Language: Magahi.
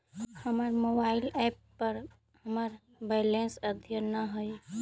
हमर मोबाइल एप पर हमर बैलेंस अद्यतन ना हई